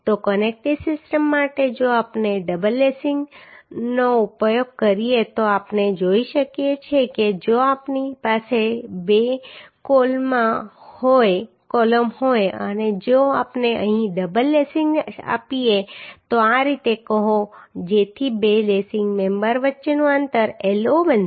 તો connecting system માટે જો આપણે ડબલ લેસીંગનો ઉપયોગ કરીએ તો આપણે જોઈ શકીએ છીએ કે જો આપણી પાસે બે કોલમ હોય અને જો આપણે અહીં ડબલ લેસીંગ આપીએ તો આ રીતે કહો જેથી બે લેસીંગ મેમ્બર વચ્ચેનું અંતર L0 બનશે